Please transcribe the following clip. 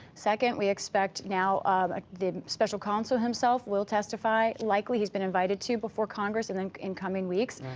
second, we expect now the special counsel himself will testify, likely. he's been invited to before congress and and in coming weeks.